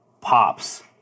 pops